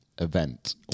event